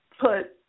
put